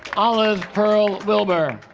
olive pearl wilbur